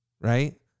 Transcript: Right